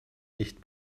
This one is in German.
nicht